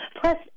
Plus